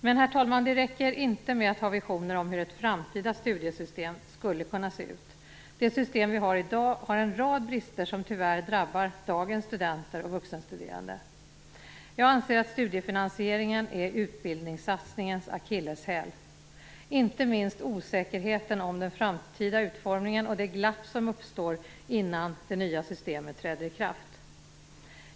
Men, herr talman, det räcker inte med att ha visioner om hur ett framtida studiesystem skulle kunna se ut. Det system vi har i dag har en rad brister som tyvärr drabbar dagens studenter och vuxenstuderande. Jag anser att studiefinansieringen är utbildningssatsningens akilleshäl. Det gäller inte minst osäkerheten om den framtida utformningen och det glapp som uppstår innan det nya systemet träder i kraft.